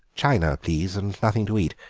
china, please, and nothing to eat.